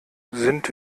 sind